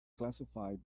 classified